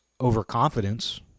overconfidence